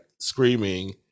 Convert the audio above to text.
screaming